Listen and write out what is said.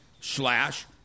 slash